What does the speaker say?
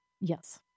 yes